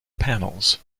panels